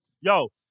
Yo